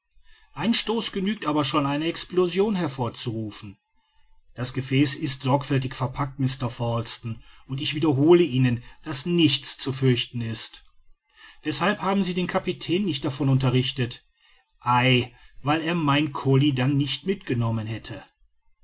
ein stoß genügt aber schon eine explosion hervorzurufen das gefäß ist sorgfältig verpackt mr falsten und ich wiederhole ihnen daß nichts zu fürchten ist weshalb haben sie den kapitän nicht davon unterrichtet ei weil er mein colli dann nicht mitgenommen hätte